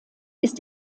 ist